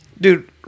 dude